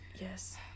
Yes